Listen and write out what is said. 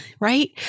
right